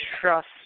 trust